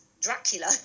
Dracula